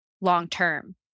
long-term